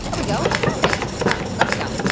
yeah we go. perfect. all right. let's go.